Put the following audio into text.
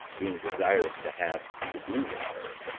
being desirous to have to do with her